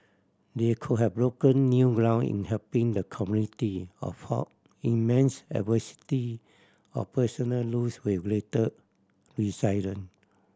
they could have broken new ground in helping the community or fought immense adversity or personal loss with great resilience